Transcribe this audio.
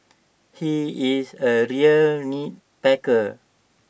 he is A real nitpicker